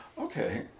okay